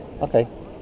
Okay